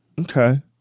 Okay